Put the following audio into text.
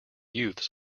youths